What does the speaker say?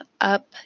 up